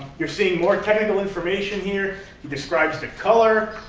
you're seeing more technical information here. he describes the color